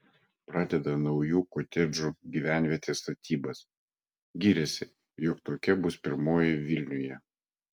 pradeda naujų kotedžų gyvenvietės statybas giriasi jog tokia bus pirmoji vilniuje